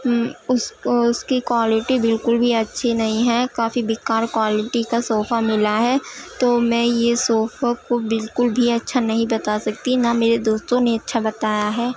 اس اس کی کوالٹی بالکل بھی اچھی نہیں ہے کافی بیکار کوالٹی کا صوفہ ملا ہے تو میں یہ صوفہ کو بالکل بھی اچھا نہیں بتا سکتی نہ میرے دوستوں نے اچھا بتایا ہے